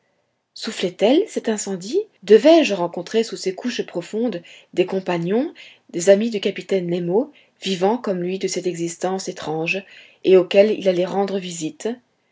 soufflait elle cet incendie devais-je rencontrer sous ces couches profondes des compagnons des amis du capitaine nemo vivant comme lui de cette existence étrange et auxquels il allait rendre visite